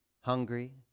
Hungry